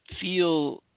feel